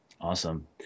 Awesome